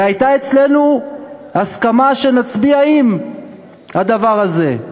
והייתה אצלנו הסכמה שנצביע עם הדבר הזה.